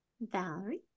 Valerie